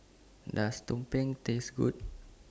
Does Tumpeng Taste Good